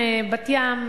בת-ים,